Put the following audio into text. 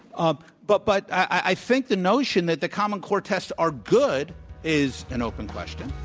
um but but i think the notion that the common core tests are good is an open question.